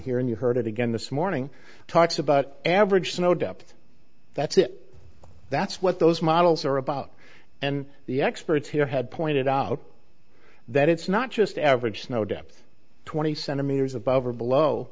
and you heard it again this morning talks about average snow depth that's it that's what those models are about and the experts here had pointed out that it's not just average snow depth twenty centimeters above or below